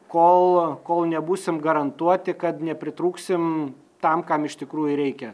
kol kol nebūsim garantuoti kad nepritrūksim tam kam iš tikrųjų reikia